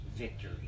Victory